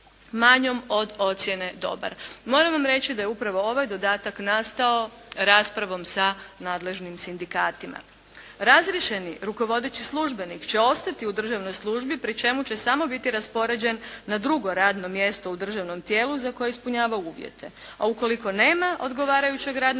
od ocjene "dobar". Moram vam reći da je upravo ovaj dodatak nastao raspravom sa nadležnim sindikatima. Razriješeni rukovodeći službenik će ostati u državnoj službi pri čemu će samo biti raspoređen na drugo radno mjesto u državnom tijelu za koje ispunjava uvjete, a ukoliko nema odgovarajućeg radnog